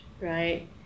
right